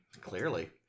Clearly